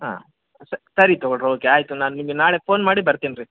ಹಾಂ ಸರಿ ತೊಗೊಂಡು ಓಕೆ ಆಯಿತು ನಾನು ನಿಮಿಗೆ ನಾಳೆ ಫೋನ್ ಮಾಡಿ ಬರ್ತೀನಿ ರೀ